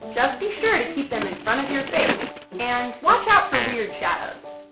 just be sure to keep them in front of your face and watch out for weird shadows.